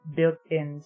built-in